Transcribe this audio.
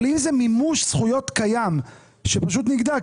אם זה מימוש זכויות קיים שפשוט נגדע,